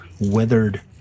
weathered